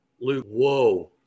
whoa